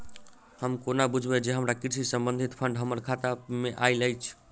हम कोना बुझबै जे हमरा कृषि संबंधित फंड हम्मर खाता मे आइल अछि?